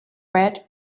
red